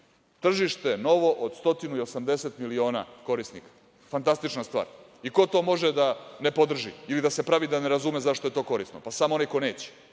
Tržište novo od 180 miliona korisnika. Fantastična stvar. Ko to može da ne podrži ili da se pravi da ne razume zašto je to korisno? Samo onaj ko neće.